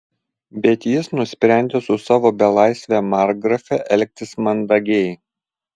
bet jis nusprendė su savo belaisve markgrafe elgtis mandagiai